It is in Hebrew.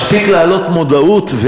מספיק להעלות מודעות,